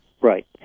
Right